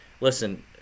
Listen